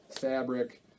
fabric